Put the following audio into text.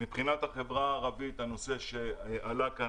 מבחינת החברה הערבית הנושא שעלה כאן